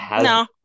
no